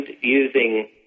using